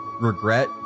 regret